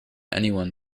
anyone